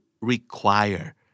require